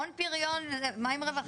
הון, פריון, אבל מה עם רווחה?